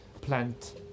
plant